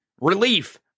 Relief